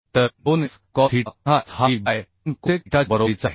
तर 2 F cos theta पुन्हा F हा व्ही बाय एन कोसेक थीटाच्या बरोबरीचा आहे